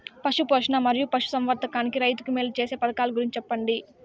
పశు పోషణ మరియు పశు సంవర్థకానికి రైతుకు మేలు సేసే పథకాలు గురించి చెప్పండి?